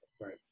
Right